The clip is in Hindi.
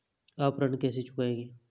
आप ऋण कैसे चुकाएंगे?